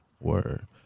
Word